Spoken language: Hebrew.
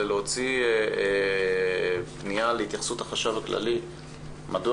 זה להוציא פניה להתייחסות החשב הכללי מדוע